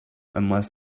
unless